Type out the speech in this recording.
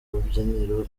rubyiniro